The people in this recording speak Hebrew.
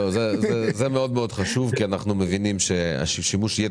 זה מאוד מאוד חשוב כי אנחנו מבינים ששימוש-יתר